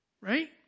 Right